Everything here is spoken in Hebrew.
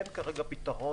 אין כרגע פתרון,